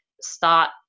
start